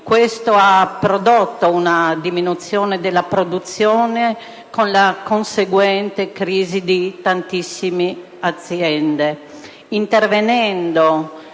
Ciò ha prodotto una diminuzione della produzione con la conseguente crisi di tantissime aziende: